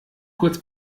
kurz